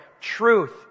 truth